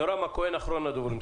יורם הכהן, אחרון הדוברים.